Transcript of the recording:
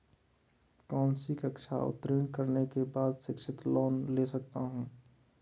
कौनसी कक्षा उत्तीर्ण करने के बाद शिक्षित लोंन ले सकता हूं?